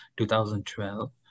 2012